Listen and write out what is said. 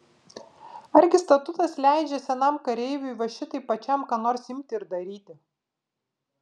argi statutas leidžia senam kareiviui va šitaip pačiam ką nors imti ir daryti